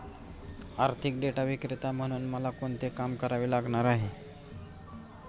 आर्थिक डेटा विक्रेता म्हणून मला कोणते काम करावे लागणार आहे?